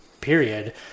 period